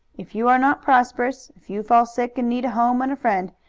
if you are not prosperous, if you fall sick and need a home and a friend,